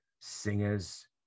singers